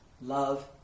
love